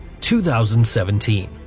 2017